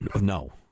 No